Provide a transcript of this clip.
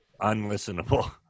unlistenable